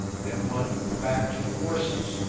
and one with the back to the horses,